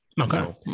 Okay